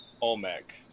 Olmec